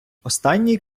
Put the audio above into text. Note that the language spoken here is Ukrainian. останній